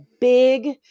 big